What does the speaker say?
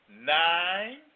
nine